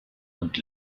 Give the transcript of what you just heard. und